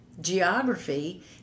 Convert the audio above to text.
geography